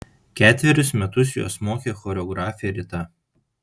ketverius metus juos mokė choreografė rita